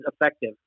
effective